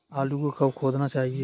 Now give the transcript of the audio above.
आलू को कब खोदना चाहिए?